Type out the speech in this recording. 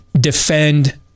defend